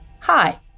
Hi